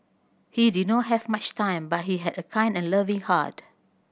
he did not have much time but he had a kind and loving heart